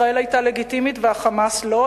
ישראל היתה לגיטימית וה"חמאס" לא.